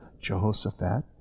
Jehoshaphat